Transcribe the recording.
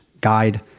guide